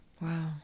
Wow